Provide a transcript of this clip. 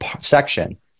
section